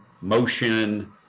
motion